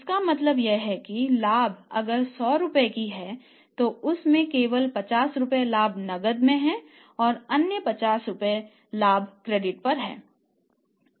इसका मतलब यह है कि लाभ 100 रुपये है तो उसमे से केवल 50 रुपये का लाभ नकद में है और अन्य 50 रुपये का लाभ क्रेडिट पर है